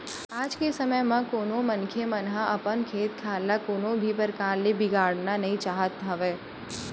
आज के समे म कोनो मनखे मन ह अपन खेत खार ल कोनो भी परकार ले बिगाड़ना नइ चाहत हवय